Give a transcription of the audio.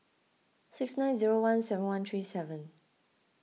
six nine zero one seven one three seven